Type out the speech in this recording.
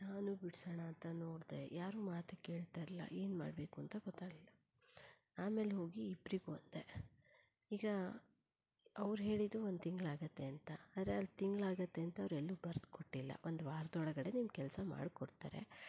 ನಾನು ಬಿಡ್ಸೋಣ ಅಂತ ನೋಡಿದೆ ಯಾರು ಮಾತೇ ಕೇಳ್ತಿರ್ಲ ಏನು ಮಾಡಬೇಕು ಅಂತ ಗೊತ್ತಾಗಲಿಲ್ಲ ಆಮೇಲೆ ಹೋಗಿ ಇಬ್ಬರಿಗೂ ಅಂದೇ ಈಗ ಅವ್ರು ಹೇಳಿದ್ದು ಒಂದು ತಿಂಗಳಾಗತ್ತೆ ಅಂತ ಆದರೆ ಒಂದು ತಿಂಗಳಾಗತ್ತೆ ಅಂತ ಅವ್ರು ಎಲ್ಲೂ ಬರೆಸ್ಕೊಟ್ಟಿಲ್ಲ ಒಂದು ವಾರದೊಳಗಡೆ ನಿಮ್ಮ ಕೆಲಸ ಮಾಡ್ಕೊಡ್ತಾರೆ